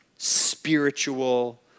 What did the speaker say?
spiritual